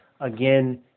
again